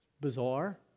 Bizarre